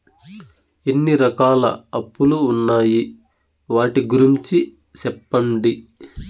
ఎన్ని రకాల అప్పులు ఉన్నాయి? వాటి గురించి సెప్పండి?